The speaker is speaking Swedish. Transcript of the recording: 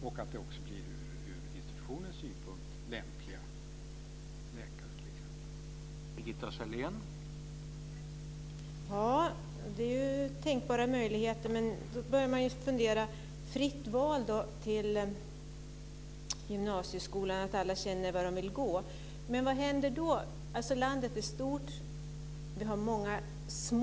Det handlar också om och att det ur institutionens synpunkt blir lämpliga läkare t.ex.